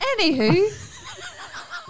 Anywho